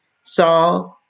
saw